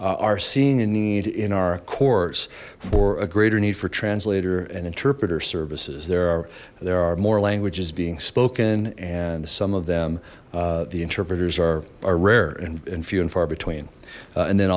are seeing a need in our courts for a greater need for translator and interpreter services there are there are more languages being spoken and some of them the interpreters are are rare and few and far between and then